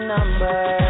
number